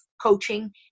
coaching